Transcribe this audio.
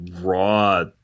raw